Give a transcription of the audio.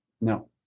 No